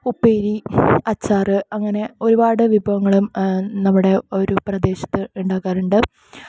ഉപ്പേരി അച്ചാറ് അങ്ങനെ ഒരുപാട് വിഭവങ്ങളും നമ്മുടെ ഒരു പ്രദേശത്ത് ഉണ്ടാക്കാറുണ്ട്